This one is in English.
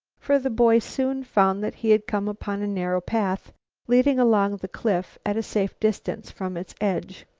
for the boy soon found that he had come upon a narrow path leading along the cliff at a safe distance from its edge.